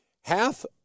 half